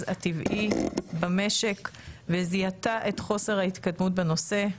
הטבעי במשק וזיהתה את חוסר ההתקדמות בנושא.